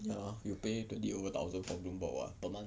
ya you pay twenty over thousand for Bloomberg what per month